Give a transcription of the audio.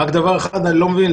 רק דבר אחד אני לא מבין,